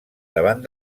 davant